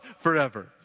forever